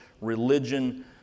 religion